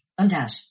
Undash